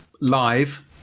live